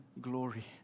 glory